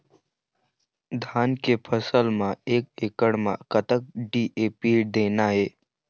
धान के फसल म एक एकड़ म कतक डी.ए.पी देना ये?